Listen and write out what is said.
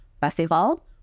Festival